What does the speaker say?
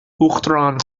uachtarán